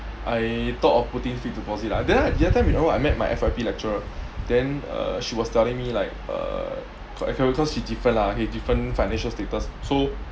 I thought of putting fixed deposit lah the the other time you know I met my F_Y_P lecturer then uh she was telling me like uh cause she's different lah she different financial status so